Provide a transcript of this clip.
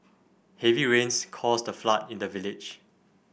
heavy rains caused a flood in the village